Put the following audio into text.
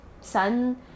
sun